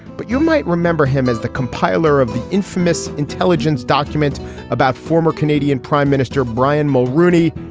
but you might remember him as the compiler of the infamous intelligence documents about former canadian prime minister brian mulrooney.